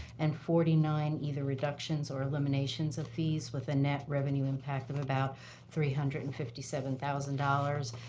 and forty nine either reductions or eliminations of fees, with a net revenue impact of about three hundred and fifty seven thousand dollars.